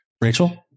Rachel